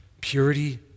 purity